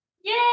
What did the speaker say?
Yay